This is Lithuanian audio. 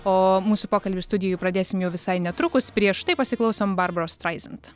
o mūsų pokalbius studijoj pradėsim jau visai netrukus prieš tai pasiklausom barbros straizant